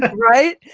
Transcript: but right.